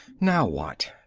now what?